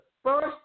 First